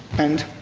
and,